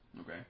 Okay